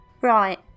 Right